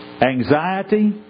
Anxiety